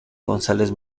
gonzález